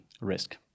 risk